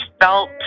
felt